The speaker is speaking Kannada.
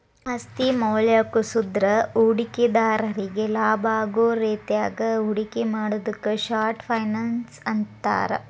ಆಸ್ತಿ ಮೌಲ್ಯ ಕುಸದ್ರ ಹೂಡಿಕೆದಾರ್ರಿಗಿ ಲಾಭಾಗೋ ರೇತ್ಯಾಗ ಹೂಡಿಕೆ ಮಾಡುದಕ್ಕ ಶಾರ್ಟ್ ಫೈನಾನ್ಸ್ ಅಂತಾರ